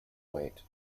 weight